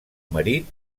marit